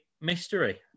mystery